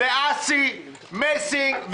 אסי מסינג,